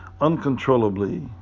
uncontrollably